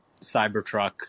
Cybertruck